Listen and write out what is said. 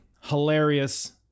hilarious